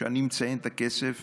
אני מציין את הכסף